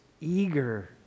eager